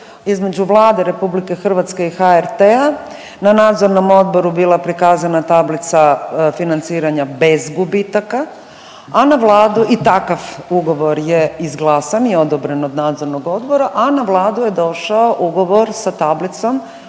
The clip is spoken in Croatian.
između Vlade RH i HRT-a na Nadzornom odboru bila prikazana tablica financiranja bez gubitaka, a na Vladu i takav ugovor je izglasan i odobren od Nadzornog odbora, a na Vladu je došao ugovor sa tablicom